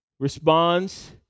responds